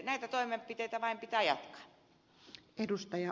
näitä toimenpiteitä vain pitää jatkaa